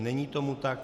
Není tomu tak.